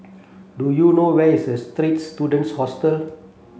do you know where is a Students Hostel